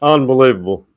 Unbelievable